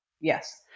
Yes